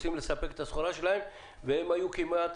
רוצים לספק את הסחורה שלהם והם היו כמעט